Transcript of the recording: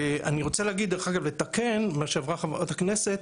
דרך אגב, אני רוצה לתקן את מה שאמרה חברת הכנסת: